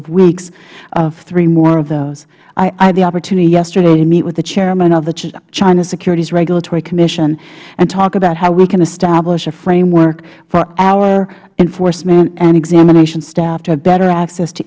of weeks of three more of those i had the opportunity yesterday to meet with the chairman of the china securities regulatory commission and talk about how we can establish a framework for our enforcement and examination staff to have better access to